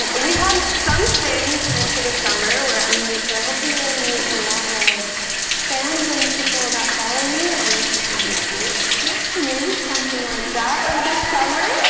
we have something planned for the summer, where i'm going to, hopefully, be able to meet a lot of fans and people that follow me and like maybe a tour? yeah, maybe something like that, over the summer.